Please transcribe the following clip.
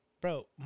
bro